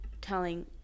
telling